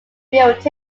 built